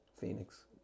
Phoenix